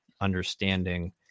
understanding